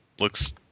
looks